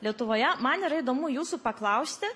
lietuvoje man yra įdomu jūsų paklausti